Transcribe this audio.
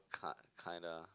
kind kinda